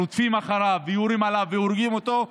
רודפים אחריו ויורים עליו והורגים אותו,